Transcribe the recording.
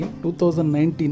2019